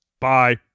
bye